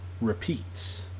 repeats